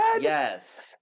Yes